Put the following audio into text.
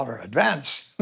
advance